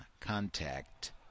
contact